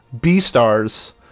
b-stars